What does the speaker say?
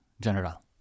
General